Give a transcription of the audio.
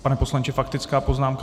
Pane poslanče, faktická poznámka?